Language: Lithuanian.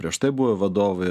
prieš tai buvę vadovai